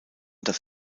das